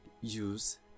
use